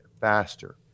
faster